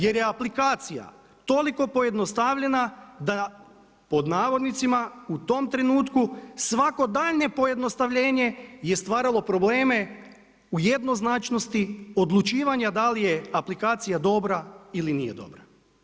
Jer je aplikacija toliko pojednostavljena da pod navodnicima u tom trenutku svako daljnje pojednostavljenje je stvaralo probleme u jednoznačnosti odlučivanja da li je aplikacija dobra ili nije dobra.